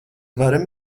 varam